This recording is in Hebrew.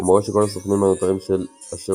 הוא מורה שכל הסוכנים הנותרים של השירות